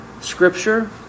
Scripture